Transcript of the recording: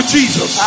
Jesus